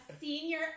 senior